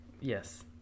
Yes